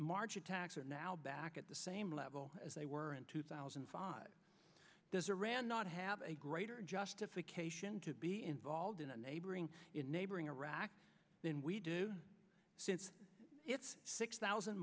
march attacks are now back at the same level as they were in two thousand and five does a ran not have a greater justification to be involved in a neighboring neighboring iraq than we do since it's six thousand